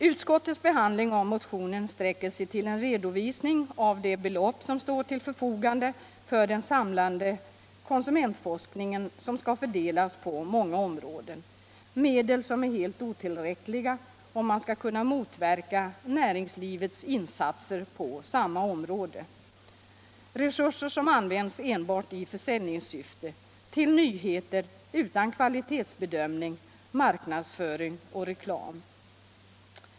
Utskottets behandling av motionen sträcker sig till en redovisning av det belopp som står till förfogande för den samlade konsumentforskningen — ett belopp som skall fördelas på många områden. Dessa medel är helt otillräckliga för att man skall kunna motverka näringslivets in satser på samma område med resurser som används enbart i försäljningssyfte, till nyheter utan kvalitetsbedömning, till marknadsföring och reklam.